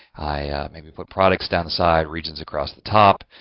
i maybe put products, downside. regions across the top,